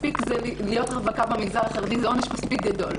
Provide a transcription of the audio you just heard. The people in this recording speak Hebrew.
להיות רווקה במגזר החרדי זה עונש מספיק גדול,